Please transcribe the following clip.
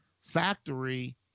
factory